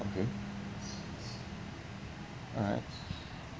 okay alright